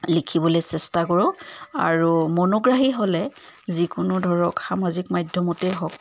লিখিবলৈ চেষ্টা কৰোঁ আৰু মনোগ্ৰাহী হ'লে যিকোনো ধৰক সামাজিক মাধ্যমতেই হওক